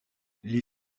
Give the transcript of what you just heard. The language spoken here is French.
les